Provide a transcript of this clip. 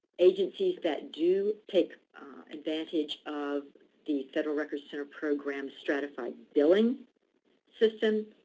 agencies that do take advantage of the federal records center program stratified billing system,